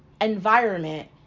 environment